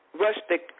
rustic